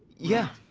yeah.